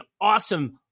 awesome